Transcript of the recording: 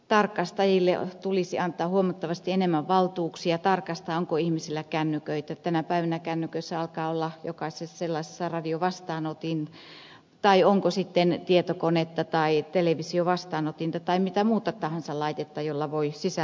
tarkastajille tulisi antaa huomattavasti enemmän valtuuksia tarkastaa onko ihmisillä kännyköitä tänä päivänä jokaisessa kännykässä alkaa olla radiovastaanotin tai onko tietokonetta tai televisiovastaanotinta tai mitä tahansa muuta laitetta jolla voi sisältöjä vastaanottaa